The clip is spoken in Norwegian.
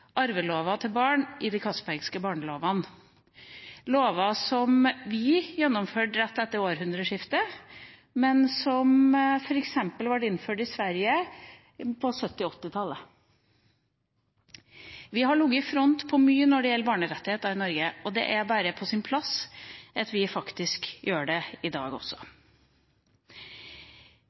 arvelover for barn – de Castbergske barnelovene – og det er lover som vi innførte rett etter århundreskiftet, men som f.eks. ble innført i Sverige på 1970–80-tallet. Vi har ligget i front på mye når det gjelder barnerettigheter i Norge, og det er bare på sin plass at vi faktisk gjør det i dag også.